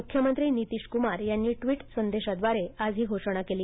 मुख्यमंत्री नितीश कुमार यांनी ट्वीट संदेशाद्वारे आज ही घोषणा केली